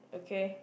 okay